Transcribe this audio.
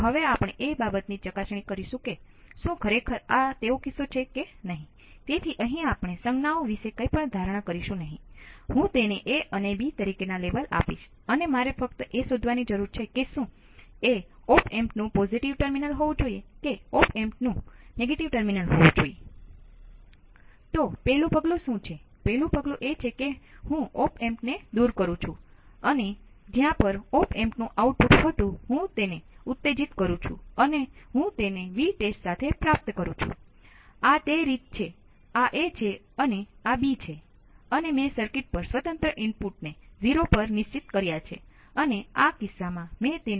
હવે દેખીતી રીતે આ વિદ્યુત પ્રવાહ ઓપ એમ્પ ને પણ ઉમેરી શકું છું પછી હું વિદ્યુત પ્રવાહ kViRL તે રીતે વહેશે